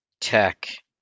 tech